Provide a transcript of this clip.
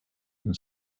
and